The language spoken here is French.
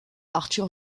arthur